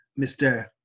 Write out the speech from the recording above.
mr